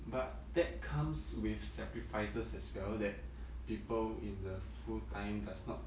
but that comes with sacrifices as well that people in the full time does not